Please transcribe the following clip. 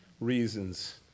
reasons